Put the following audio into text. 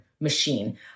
machine